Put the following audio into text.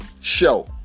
Show